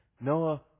Noah